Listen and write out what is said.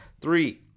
three